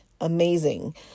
amazing